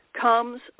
comes